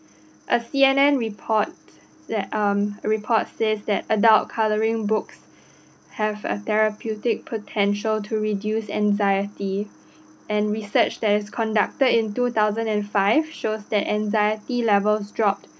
a C_N_N report that um report says that adult colouring books have a therapeutic potential to reduce anxiety and research that is conducted in two thousand and five shows that anxiety levels dropped